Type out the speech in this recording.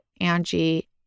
Angie